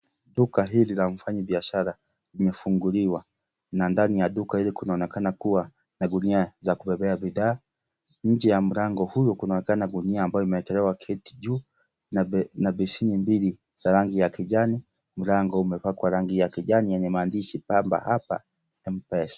Duka hili la mfanyi biashara limefunguliwa na ndani ya duka hili kunaonekana kua na gunia za kubebea bidhaa, nje ya mlango huo kunaonekana gunia ambayo imewekelewa kiti juu na besheni mbili za rangi ya kijani, mlango umepakwa rangi ya kijani yenye maandishi kwamba hapa M-pesa.